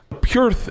Pure